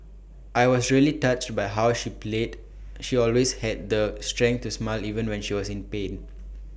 I was really touched by how she play she always had the strength to smile even when she was in pain